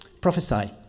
Prophesy